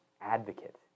advocate